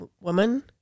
woman